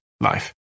life